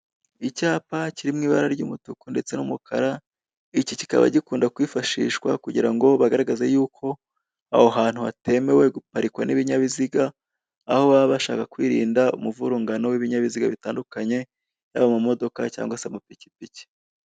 Icyapa kiri mwibara ry'umutuku ndetse n'umukara, iki kikaba gikunda kwifashishwa kugira ngo bagaragaze yuko aho hantu hatemewe guparikwa n'ibinyabiziga, aho baba bashaka kwirinda umuvurungano w'ibinyabiziga bitandukanye yaba amamodoka na amapikipiki.